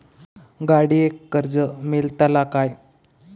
गाडयेक कर्ज मेलतला काय?